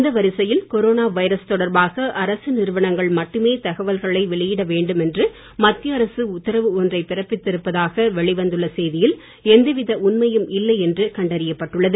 அந்த வரிசையில் corona virus தொடர்பாக அரசு நிறுவனங்கள் மட்டுமே தகவல்களை வெளியிட வேண்டும் என்று மத்திய அரசு உத்தரவு ஒன்றை பிறப்பித்து இருப்பதாக வெளிவந்துள்ள செய்தியில் எந்தவித உண்மையும் இல்லை என்று கண்டறியப்பட்டுள்ளது